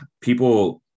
People